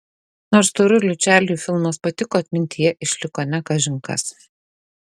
nors storuliui čarliui filmas patiko atmintyje išliko ne kažin kas